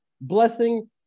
blessing